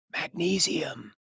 Magnesium